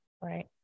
right